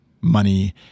money